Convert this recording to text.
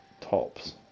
tops